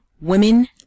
women